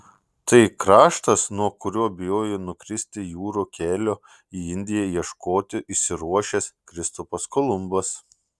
tai kraštas nuo kurio bijojo nukristi jūrų kelio į indiją ieškoti išsiruošęs kristupas kolumbas